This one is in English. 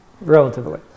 relatively